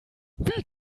wie